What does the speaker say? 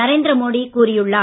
நரேந்திர மோடி கூறியுள்ளார்